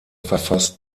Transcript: verfasst